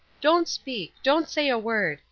don't speak. don't say a word.